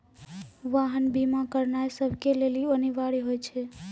वाहन बीमा करानाय सभ के लेली अनिवार्य होय छै